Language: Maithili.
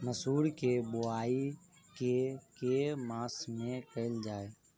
मसूर केँ बोवाई केँ के मास मे कैल जाए?